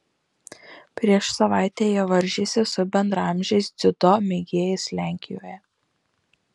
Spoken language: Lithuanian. prieš savaitę jie varžėsi su bendraamžiais dziudo mėgėjais lenkijoje